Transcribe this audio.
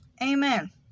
Amen